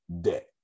debt